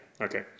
okay